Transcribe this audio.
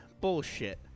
Bullshit